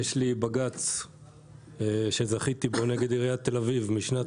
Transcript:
יש לי בג"ץ שזכיתי בו נגד עיריית תל אביב בשנת